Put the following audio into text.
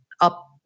up